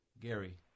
Gary